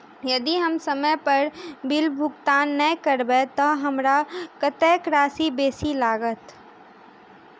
यदि हम समय पर बिल भुगतान नै करबै तऽ हमरा कत्तेक राशि बेसी लागत?